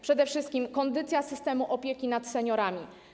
Przede wszystkim kondycja systemu opieki nad seniorami.